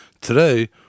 Today